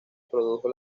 produjo